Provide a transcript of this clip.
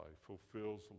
fulfills